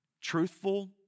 truthful